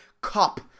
cup